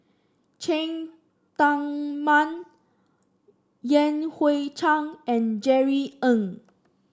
Cheng Tsang Man Yan Hui Chang and Jerry Ng